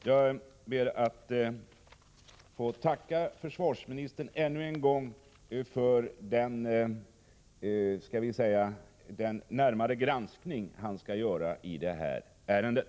Jag ber att få tacka försvarsministern ännu en gång med anledning av den närmare granskning som han skall göra i ärendet.